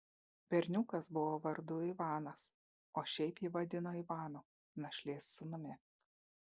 berniukas buvo vardu ivanas o šiaip jį vadino ivanu našlės sūnumi